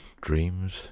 dreams